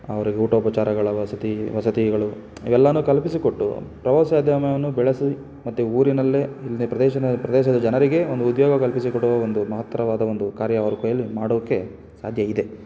ಅವ್ರಿಗೆ ಊಟ ಉಪಚಾರಗಳ ವಸತಿ ವಸತಿಗಳು ಇವೆಲ್ಲವನ್ನೂ ಕಲ್ಪಿಸಿಕೊಟ್ಟು ಪ್ರವಾಸೋದ್ಯಮವನ್ನು ಬೆಳೆಸಿ ಮತ್ತು ಊರಿನಲ್ಲೇ ಇಲ್ಲಿನ ಪ್ರದೇಶದ ಪ್ರದೇಶದ ಜನರಿಗೆ ಒಂದು ಉದ್ಯೋಗ ಕಲ್ಪಿಸಿಕೊಡುವ ಒಂದು ಮಹತ್ತರವಾದ ಒಂದು ಕಾರ್ಯ ಅವ್ರ ಕೈಯಲ್ಲಿ ಮಾಡೋಕ್ಕೆ ಸಾಧ್ಯ ಇದೆ